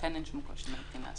ולכן אין שום קושי מהבחינה הזאת.